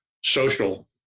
social